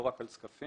לא רק על זקפים,